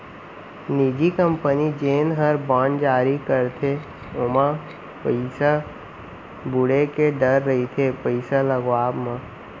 निजी कंपनी जेन हर बांड जारी करथे ओमा पइसा बुड़े के डर रइथे पइसा लगावब म